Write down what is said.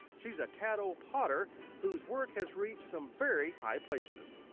she's a caddo potter whose work has reached some very high places!